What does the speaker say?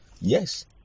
Yes